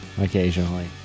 occasionally